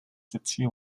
city